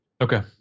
okay